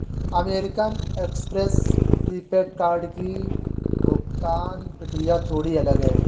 American Express prepaid card की भुगतान प्रक्रिया थोड़ी अलग है